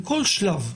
בכל שלב: